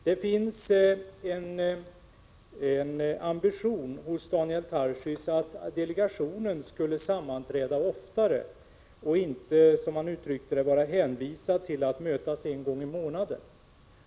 Det finns en ambition hos Daniel Tarschys att delegationen skulle sammanträda oftare och inte, som han uttryckte det, vara hänvisad till att mötas en gång i månaden.